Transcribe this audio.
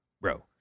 Bro